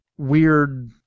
Weird